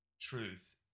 Truth